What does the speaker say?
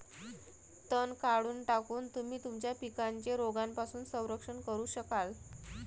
तण काढून टाकून, तुम्ही तुमच्या पिकांचे रोगांपासून संरक्षण करू शकाल